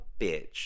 bitch